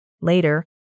Later